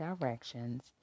directions